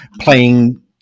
playing